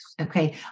Okay